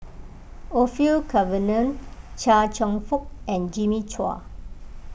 Orfeur Cavenagh Chia Cheong Fook and Jimmy Chua